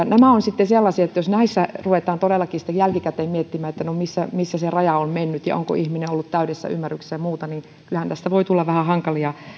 nämä ovat sellaisia että jos näissä ruvetaan todellakin sitten jälkikäteen miettimään missä se raja on mennyt ja onko ihminen ollut täydessä ymmärryksessä ja muuta niin kyllähän tästä voi tulla vähän hankalia